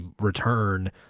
return